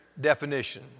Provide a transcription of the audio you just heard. definition